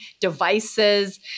devices